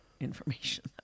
information